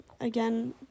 again